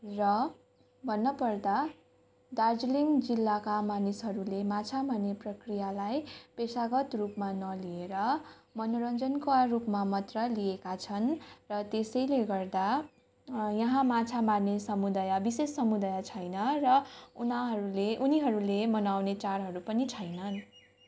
र भन्न पर्दा दार्जिलिङ जिल्लाका मानिसहरूले माछा मार्ने प्रक्रियालाई पेसागत रूपमा नलिएर मनोरञ्जनका रूपमा मात्र लिएका छन् र त्यसैले गर्दा यहाँ माछा मर्ने समुदाय विशेष समुदाय छैन र उनाहरूले उनीहरूले मनाउने चाँडहरू पनि छैनन्